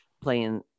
playing